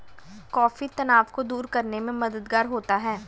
coffee तनाव को दूर करने में मददगार होता है